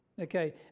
Okay